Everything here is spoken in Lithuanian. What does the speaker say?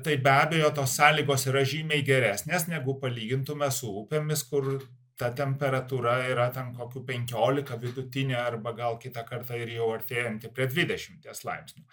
tai be abejo tos sąlygos yra žymiai geresnės negu palygintume su upėmis kur ta temperatūra yra ten kokių penkiolika vidutinė arba gal kitą kartą ir jau artėjanti prie dvidešimties laipsnių